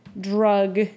drug